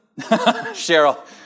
Cheryl